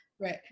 right